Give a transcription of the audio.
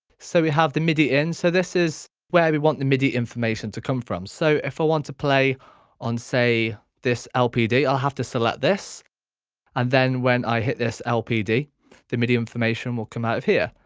so we have the midi in. so this is where we want the midi information to come from so if i want to play on say this lpd i'll have to select this and then when i hit this lpd the midi information will come out of here.